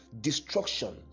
destruction